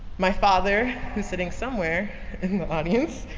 my father, who's sitting somewhere in the audience,